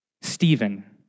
Stephen